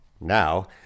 Now